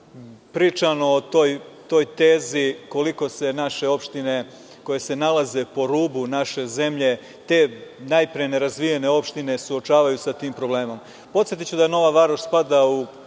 pričano o toj tezi, koliko se naše opštine koje se nalaze po rubu naše zemlje, te najpre nerazvijene opštine suočavaju sa tim problemom. Podsetiću da Nova Varoš spada u